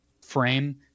frame